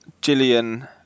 Gillian